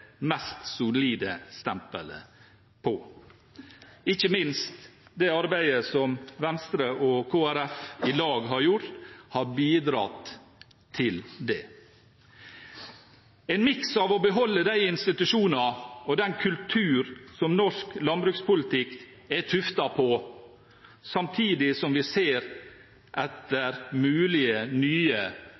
mest solide stempelet på. Ikke minst det arbeidet som Venstre og Kristelig Folkeparti i dag har gjort, har bidratt til det. En miks av å beholde de institusjoner og den kultur som norsk landbrukspolitikk er tuftet på, samtidig som vi ser etter mulige nye